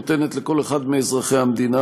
נותנת לכל אחד מאזרחי המדינה,